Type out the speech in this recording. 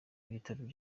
igitabo